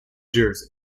jersey